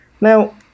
Now